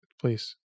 please